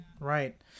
right